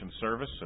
service